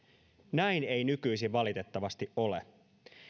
näin ei nykyisin valitettavasti ole